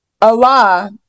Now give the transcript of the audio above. Allah